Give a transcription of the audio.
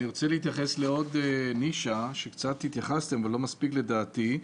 אני רוצה להתייחס לעוד נישה שקצת התייחסתם אבל לא מספיק לדעתי,